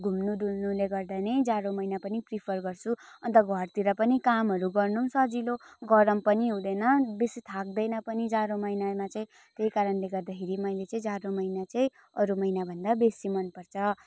घुम्नु डुल्नुले गर्दा नै जाडो महिना पनि प्रिफर गर्छु अन्त घरतिर पनि कामहरू गर्नु पनि सजिलो गरम पनि हुँदैन बेसी थाक्दैन पनि जाडो महिनामा चाहिँ त्यही कारणले गर्दाखेरि चाहिँ मैले चाहिँ जाडो महिना चाहिँ अरू महिनाभन्दा बेसी मन पर्छ